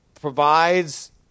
provides